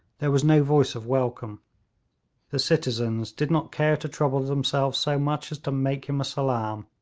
there was no voice of welcome the citizens did not care to trouble themselves so much as to make him a salaam,